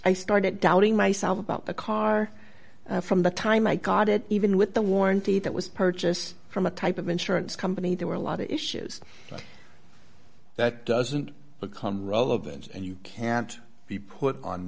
i started doubting myself about the car from the time i got it even with the warranty that was purchased from a type of insurance company there were a lot of issues that doesn't become relevant and you can't be put on